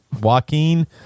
Joaquin